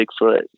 bigfoot